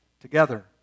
together